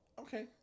Okay